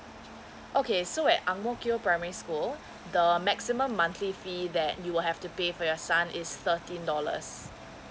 okay so at ang mo kio primary school the maximum monthly fee that you will have to pay for your son is thirteen dollars